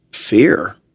Fear